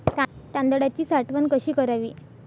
तांदळाची साठवण कशी करावी?